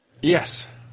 Yes